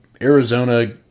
Arizona